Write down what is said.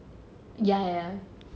ya ya ya